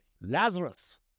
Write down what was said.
Lazarus